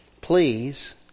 Please